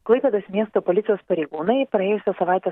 klaipėdos miesto policijos pareigūnai praėjusią savaitę